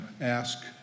ask